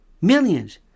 Millions